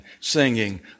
singing